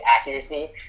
accuracy